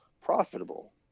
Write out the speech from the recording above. profitable